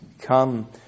come